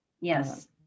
yes